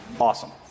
awesome